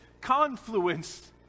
confluence